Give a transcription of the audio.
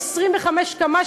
מ-25 קמ"ש,